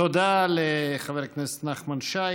תודה לחבר הכנסת נחמן שי.